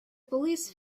police